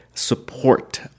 support